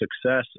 success